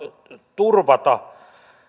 turvata